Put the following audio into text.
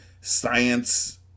science